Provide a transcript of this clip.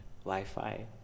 Wi-Fi